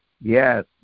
Yes